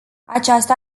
această